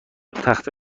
تخته